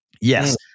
Yes